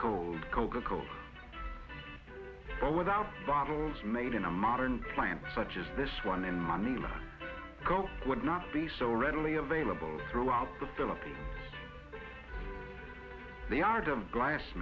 cold coca cola all without bottles made in a modern plant such as this one in money go would not be so readily available throughout the philippines the art of glass